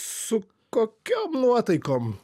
su kokiom nuotaikom